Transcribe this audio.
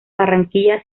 barranquilla